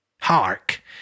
Hark